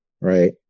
right